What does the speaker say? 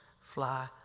fly